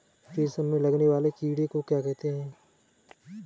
रेशम में लगने वाले कीड़े को क्या कहते हैं?